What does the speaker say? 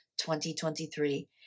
2023